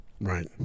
Right